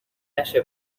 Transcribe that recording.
نشه